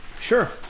Sure